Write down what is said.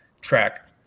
track